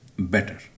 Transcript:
Better